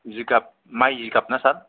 जिगाब माइ जिगाब ना सार